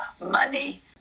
money